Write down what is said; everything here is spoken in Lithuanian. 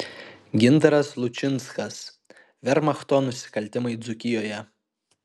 gintaras lučinskas vermachto nusikaltimai dzūkijoje